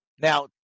Now